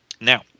Now